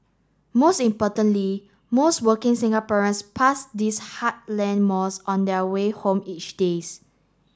most importantly most working Singaporeans pass these heartland malls on their way home each days